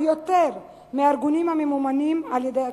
יותר מהארגונים הממומנים על-ידי הקרן.